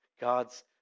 God's